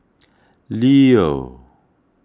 Leo